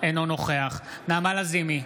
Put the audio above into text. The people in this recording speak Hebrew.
אינו נוכח נעמה לזימי,